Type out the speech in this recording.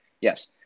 Yes